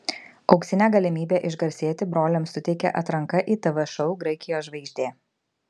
auksinę galimybę išgarsėti broliams suteikia atranka į tv šou graikijos žvaigždė